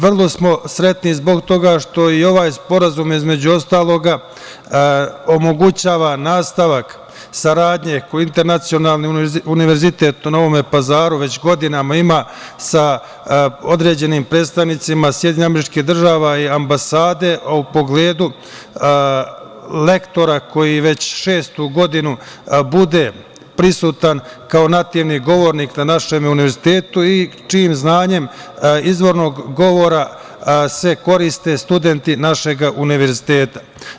Vrlo smo sretni zbog toga što i ovaj Sporazum omogućava nastavak saradnje koji Internacionalni univerzitet u Novom Pazaru već godinama ima sa određenim predstavnicima SAD i ambasade u pogledu lektora koji već šestu godinu bude prisutan kao nativni govornik na našem Univerzitetu i čijim znanjem izvornog govora se koriste studenti našeg Univerziteta.